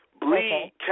Bleed